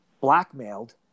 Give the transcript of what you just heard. blackmailed